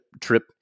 trip